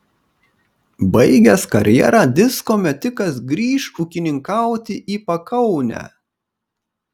baigęs karjerą disko metikas grįš ūkininkauti į pakaunę